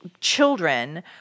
children